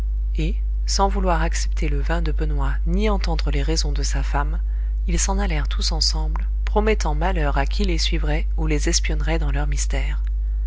et sans vouloir accepter le vin de benoît ni entendre les raisons de sa femme ils s'en allèrent tous ensemble promettant malheur à qui les suivrait ou les espionnerait dans leurs mystères